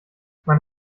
man